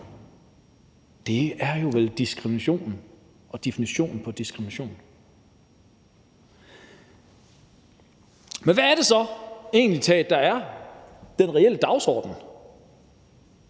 Det er jo vel definitionen på diskrimination. Men hvad er det så egentlig, der er den reelle dagsorden?